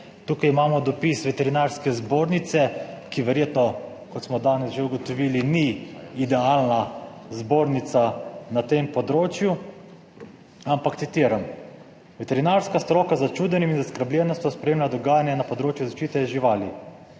Tukaj imamo dopis Veterinarske zbornice, ki verjetno, kot smo danes že ugotovili, ni idealna zbornica na tem področju, ampak citiram: »Veterinarska stroka z začudenjem in zaskrbljenostjo spremlja dogajanje na področju zaščite živali.